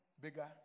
bigger